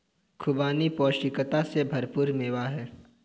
खुबानी पौष्टिकता से भरपूर मेवा है